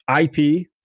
IP